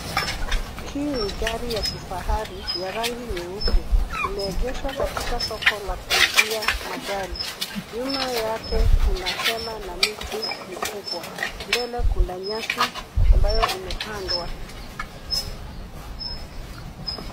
Hii ni gari ya kifahari ya rangi nyeupe imeegeshwa katika soko la kuuzia magari. Nyuma yake kuna hema na miti mikubwa. Mbele kuna nyasi ambayo imepandwa.